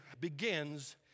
begins